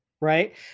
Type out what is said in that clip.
right